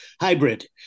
hybrid